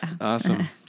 awesome